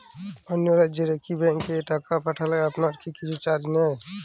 অন্য রাজ্যের একি ব্যাংক এ টাকা পাঠালে আপনারা কী কিছু চার্জ নেন?